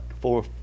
four